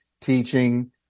teaching